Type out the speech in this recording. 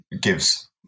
gives